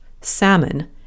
salmon